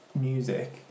music